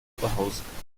oberhausen